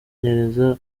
n’ibyo